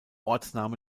ortsname